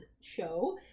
show